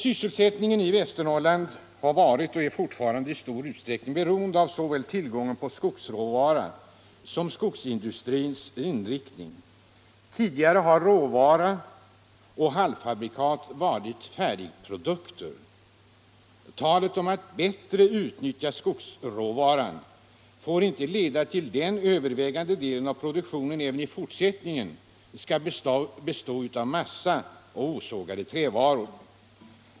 Sysselsättningen i Västernorrland har varit och är fortfarande i stor utsträckning beroende av såväl tillgången på skogsråvara som skogsindustrins inriktning. Tidigare har råvara och halvfabrikat varit ”färdigprodukter”. Talet om att bättre utnyttja skogsråvaran får inte leda till att den övervägande delen av produktionen även i fortsättningen skall bestå av pappersmassa och osågade trävaror.